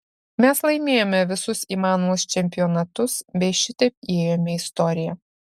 mes laimėjome visus įmanomus čempionatus bei šitaip įėjome į istoriją